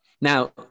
Now